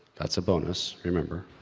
that's a bonus, remember?